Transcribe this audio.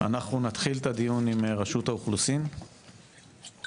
אנחנו נתחיל את הדיון עם רשות האוכלוסין, בבקשה.